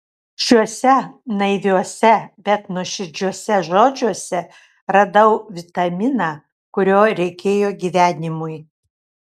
šiuose naiviuose bet nuoširdžiuose žodžiuose radau vitaminą kurio reikėjo gyvenimui